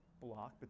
block